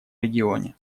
регионе